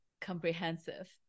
comprehensive